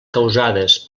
causades